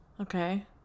Okay